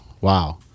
wow